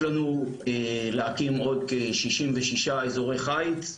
יש לנו להקים עוד כ-66 אזורי חיץ.